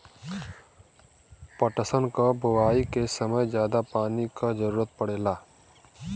पटसन क बोआई के समय जादा पानी क जरूरत पड़ेला